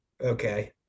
okay